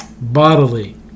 bodily